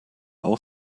auch